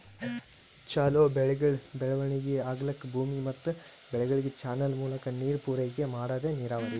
ಛಲೋ ಬೆಳೆಗಳ್ ಬೆಳವಣಿಗಿ ಆಗ್ಲಕ್ಕ ಭೂಮಿ ಮತ್ ಬೆಳೆಗಳಿಗ್ ಚಾನಲ್ ಮೂಲಕಾ ನೀರ್ ಪೂರೈಕೆ ಮಾಡದೇ ನೀರಾವರಿ